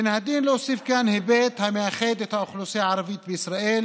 מן הדין להוסיף כאן היבט המאחד את האוכלוסייה הערבית בישראל,